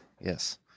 Yes